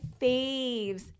faves